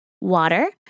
water